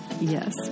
Yes